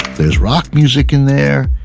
there's rock music in there.